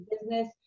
business